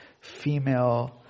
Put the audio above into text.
female